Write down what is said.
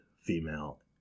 female